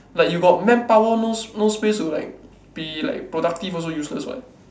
like you got manpower no no space to like be like productive also useless [what]